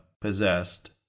possessed